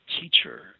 teacher